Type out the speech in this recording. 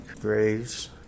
graves